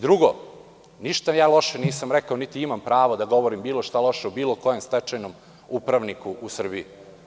Drugo, ništa loše nisam rekao, niti imam pravo da govorim bilo šta loše o bilo kojem stečajnom upravniku u Srbiji.